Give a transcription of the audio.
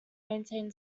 maintain